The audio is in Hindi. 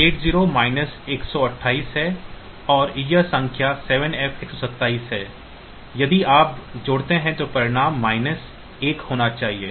तो 80 128 है और यह संख्या 7F 127 है यदि आप जोड़ते हैं तो परिणाम 1 होना चाहिए